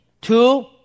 Two